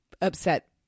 upset